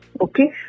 okay